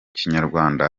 kinyarwanda